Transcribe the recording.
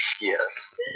Yes